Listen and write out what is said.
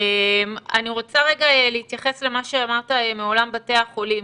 אני רוצה להתייחס למה שאמרת מעולם בתי החולים,